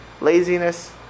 laziness